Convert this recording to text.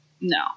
No